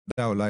אולי,